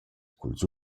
culs